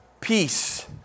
peace